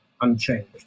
unchanged